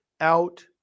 out